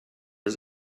his